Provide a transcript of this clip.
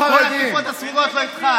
אתה סכנה גדולה ליהדות.